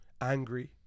angry